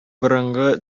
борынгы